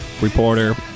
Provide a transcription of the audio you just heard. reporter